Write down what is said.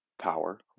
power